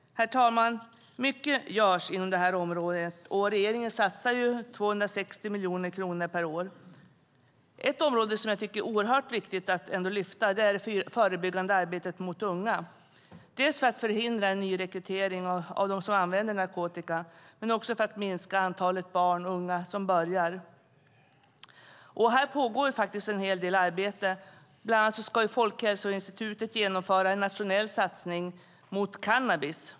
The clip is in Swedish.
Herr talman! Mycket görs inom detta område. Regeringen satsar 260 miljoner kronor per år. Ett oerhört viktigt område att lyfta fram är det förebyggande arbetet vad gäller unga dels för att förhindra nyrekrytering av dem som använder narkotika, dels för att minska antalet barn och unga som börjar använda narkotika och dopningsmedel. Här pågår en hel del arbete. Bland annat ska Folkhälsoinstitutet genomföra en nationell satsning mot cannabis.